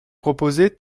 proposez